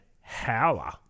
howler